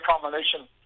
combination